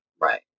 right